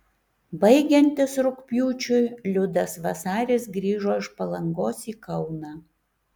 baigiantis rugpjūčiui liudas vasaris grįžo iš palangos į kauną